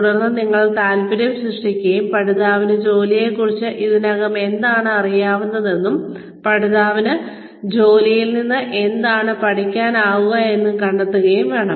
തുടർന്ന് നിങ്ങൾ താൽപ്പര്യം സൃഷ്ടിക്കുകയും പഠിതാവിന് ജോലിയെക്കുറിച്ച് ഇതിനകം എന്താണ് അറിയാവുന്നതെന്നും പഠിതാവിന് ജോലിയിൽ നിന്ന് എന്താണ് പഠിക്കാനാവുകയെന്നും കണ്ടെത്തുകയും വേണം